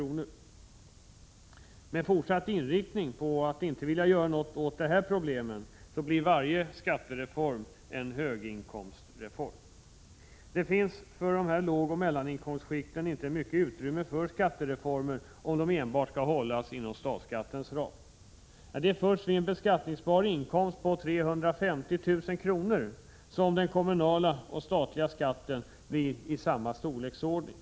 Om man har en fortsatt inriktning på att inte vilja göra något åt detta problem blir varje skattereform en höginkomstreform. Det finns för dessa lågoch mellaninkomstskikt inte mycket utrymme för skattereformer om de enbart hålls inom statsskattens ram. Det är först vid en beskattningsbar inkomst på 350 000 kr. som den kommunala och statliga skatten kommer upp i samma storleksordning.